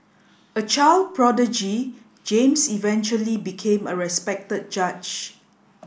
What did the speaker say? a child prodigy James eventually became a respected judge